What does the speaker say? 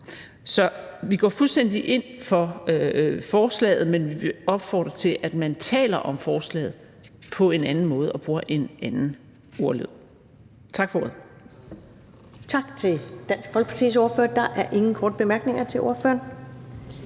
Så vi går fuldstændig ind for forslaget, men vi vil opfordre til, at man taler om forslaget på en anden måde og bruger en anden ordlyd. Tak for ordet.